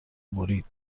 برید